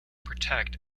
protect